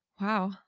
Wow